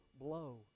blow